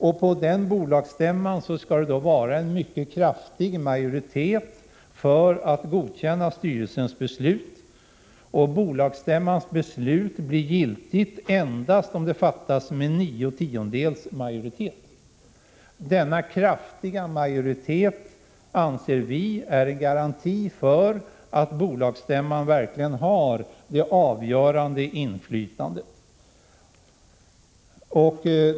Och på bolagsstämman skall det vara en mycket kraftig majoritet för att godkänna styrelsens beslut. Bolagsstämmans beslut blir giltigt endast om det fattas med nio tiondels majoritet. Denna kraftiga majoritet anser vi är en garanti för att bolagsstämman verkligen har det avgörande inflytandet.